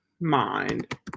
mind